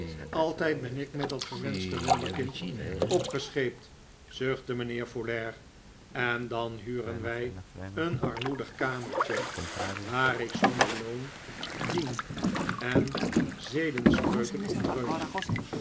altijd ben ik met dat verwenschte wonderkind opgescheept zuchtte mijnheer folair en dan huren wij een armoedig kamertje waar ik zonder loon dien en zedenspreuken opdreun